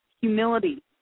humility